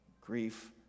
grief